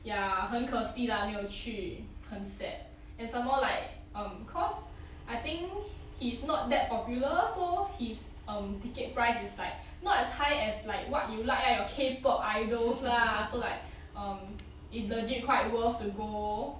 ya 很可惜 lah 没有去很 sad and some more like um course I think he is not that popular so his um ticket price is like not as high as like what you like lah your K pop idols lah so like um it's legit quite worth to go